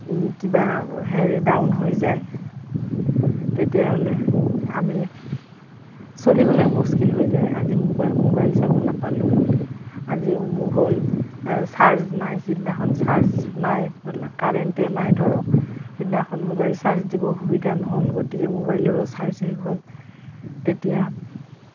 কিবা হেৰি ডাউন হৈ যায় তেতিয়াহ'লে আমি চলিবলে মুস্কিল হৈ যায় আজি মোবাইল চাব নাপালোঁ আজি অমুক হ'ল চাৰ্জ নাই যিদিনাখন চাৰ্জ নাই মল কাৰেণ্টে নাই ধৰক সিদিনাখন মোবাইল চাৰ্জ দিব সুবিধা নহ'ল গতিকে মোবাইলৰো চাৰ্জে শেষ হ'ল তেতিয়া